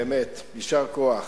באמת, יישר כוח.